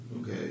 Okay